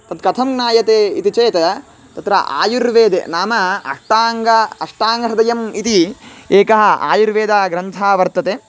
तद् कथं ज्ञायते इति चेत् तत्र आयुर्वेदे नाम अष्टाङ्गे अष्टाङ्गहृदयम् इति एकः आयुर्वेदग्रन्थः वर्तते